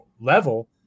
level